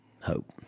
hope